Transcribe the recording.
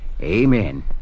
Amen